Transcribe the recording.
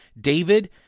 David